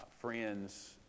Friends